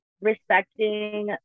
respecting